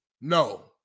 No